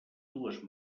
dues